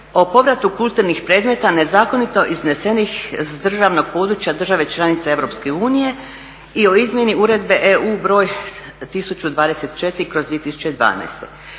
o povratu kulturnih predmeta nezakonito iznesenih s državnog područja države članice EU i o izmjeni Uredbe EU br. 1024/2012.